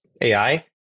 AI